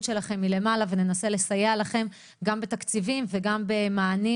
שלכם מלמעלה וננסה לסייע לכם גם בתקציבים וגם במענים